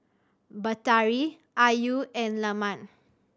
Batari Ayu and Leman